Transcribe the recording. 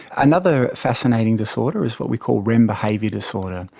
another fascinating disorder is what we call rem behaviour disorder.